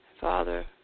Father